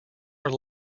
are